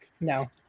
No